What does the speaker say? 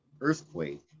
earthquake